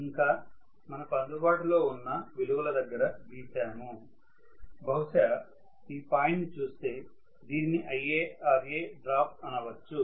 ఇంకా మనకు అందుబాటులో ఉన్న విలువల దగ్గర గీసాము బహుశా ఈ పాయింట్ ని చూస్తే దీనిని IaRa డ్రాప్ అనవచ్చు